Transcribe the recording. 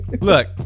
Look